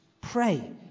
Pray